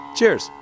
Cheers